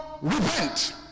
repent